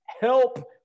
help